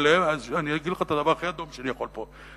אני אגיד לך את הדבר הכי "אדום" שאני יכול לומר פה,